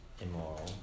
immoral